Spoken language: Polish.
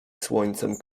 słońcem